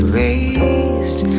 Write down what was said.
raised